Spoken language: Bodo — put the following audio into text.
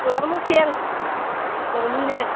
फोरला आबो लकेल न'निनो